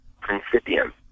principium